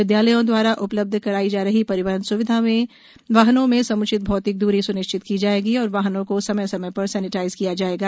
विद्यालयों द्वारा उपलब्ध कराई जा रही परिवहन स्विधा में वाहनों में सम्चित भौतिक दूरी स्निश्चित की जाएगी और वाहनों को समय समय पर सैनिटाइज किया जाएगा